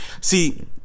See